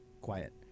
Quiet